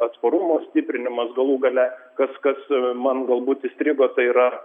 atsparumo stiprinimas galų gale kas kas man galbūt įstrigo tai yra